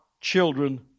children